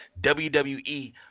WWE